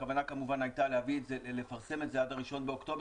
הכוונה כמובן הייתה לפרסם את זה עד ל-1 באוקטובר.